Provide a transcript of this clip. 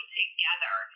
together